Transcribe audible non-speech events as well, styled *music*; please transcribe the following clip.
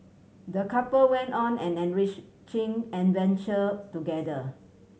the couple went on an enrich *unintelligible* adventure together